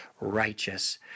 righteous